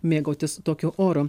mėgautis tokiu oru